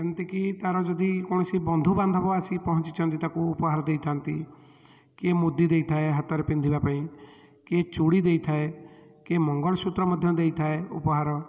ଏମିତିକି ତା'ର ଯଦି କୌଣସି ବନ୍ଧୁବାନ୍ଧବ ଆସି ପହଞ୍ଚିଛନ୍ତି ତାକୁ ଉପହାର ଦେଇଥାନ୍ତି କିଏ ମୁଦି ଦେଇଥାଏ ହାତରେ ପିନ୍ଧିବାପାଇଁ କିଏ ଚୁଡ଼ି ଦେଇଥାଏ କିଏ ମଙ୍ଗଳସୂତ୍ର ମଧ୍ୟ ଦେଇଥାଏ ଉପହାର